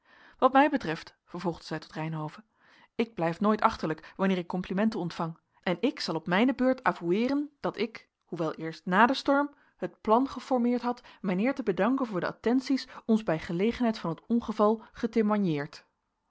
wat mij betreft vervolgde zij tot reynhove ik blijf nooit achterlijk wanneer ik complimenten ontvang en ik zal op mijne beurt avoueeren dat ik hoewel eerst na den storm het plan geformeerd had mijnheer te bedanken voor de attenties ons bij gelegenheid van het ongeval